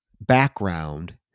background